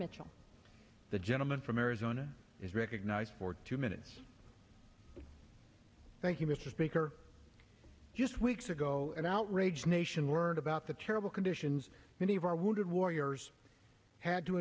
mitchell the gentleman from arizona is recognized for two minutes thank you mr speaker just weeks ago an outraged nation learned about the terrible conditions many of our wounded warriors had t